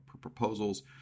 proposals